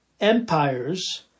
empires